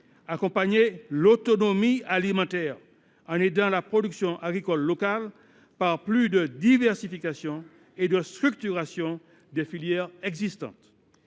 accompagner l’autonomie alimentaire, en aidant la production agricole locale par plus de diversification et de structuration pour les filières existantes.